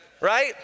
right